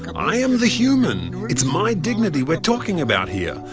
i am the human! it's my dignity we're talking about here!